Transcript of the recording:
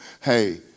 hey